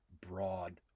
broad